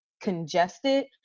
congested